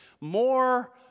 More